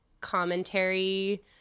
commentary